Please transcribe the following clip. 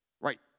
Right